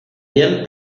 bien